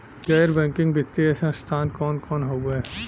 गैर बैकिंग वित्तीय संस्थान कौन कौन हउवे?